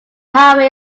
highway